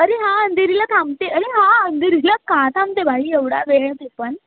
अरे हां अंधेरीला थांबते अरे हां अंधेरीला का थांबते भाई एवढा वेळ ते पण